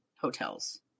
hotels